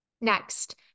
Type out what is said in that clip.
Next